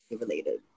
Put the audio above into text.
related